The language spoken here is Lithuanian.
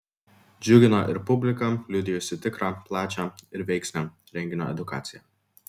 džiugino ir publika liudijusi tikrą plačią ir veiksnią renginio edukaciją